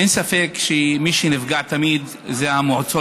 אין ספק שמי שנפגע תמיד זה המועצות